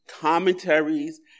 commentaries